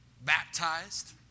Baptized